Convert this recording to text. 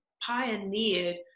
pioneered